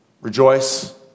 rejoice